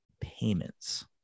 payments